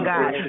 God